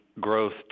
growth